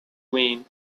queen